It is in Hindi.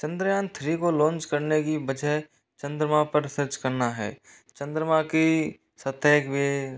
चंद्रयान थ्री को लॉन्च करने की वजह चंद्रमा पर सर्च करना है चंद्रमा की सतह के